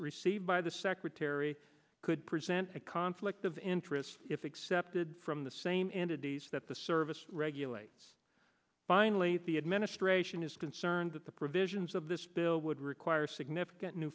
received by the secretary could present a conflict of interest if accepted from the same entity is that the service regulates finally the administration is concerned that the provisions of this bill would require significant new